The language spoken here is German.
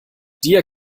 dir